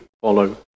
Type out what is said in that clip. follow